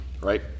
Right